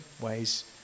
ways